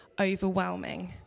overwhelming